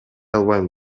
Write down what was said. албайм